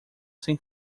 sem